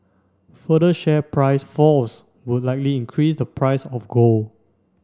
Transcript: further share price falls would likely increase the price of gold